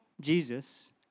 Jesus